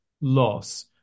loss